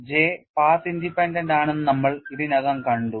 J path independent ആണെന്ന് നമ്മൾ ഇതിനകം കണ്ടു